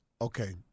Okay